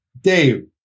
Dave